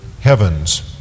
heavens